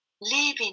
Living